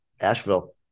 Asheville